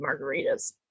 margaritas